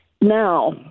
Now